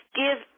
give